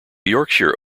yorkshire